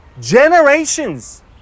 generations